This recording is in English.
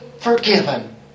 forgiven